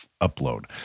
upload